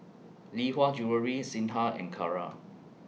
Lee Hwa Jewellery Singha and Kara